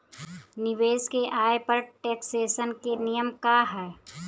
निवेश के आय पर टेक्सेशन के नियम का ह?